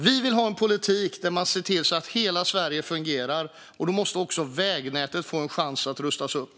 Vi vill ha en politik där man ser till att hela Sverige fungerar. Då måste också vägnätet få en chans att rustas upp.